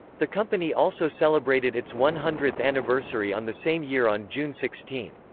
the company also celebrated its one hundredth anniversary on the same year on june sixteen.